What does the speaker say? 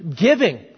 Giving